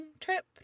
trip